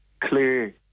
clear